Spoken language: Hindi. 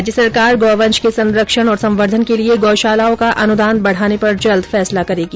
राज्य सरकार गौवंश के संरक्षण और संवर्दधन के लिए गौशालाओं का अनुदान बढ़ाने पर जल्द फैसला करेगी